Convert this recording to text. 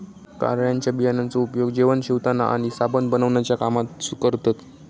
कारळ्याच्या बियांचो उपयोग जेवण शिवताना आणि साबण बनवण्याच्या कामात करतत